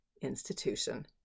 institution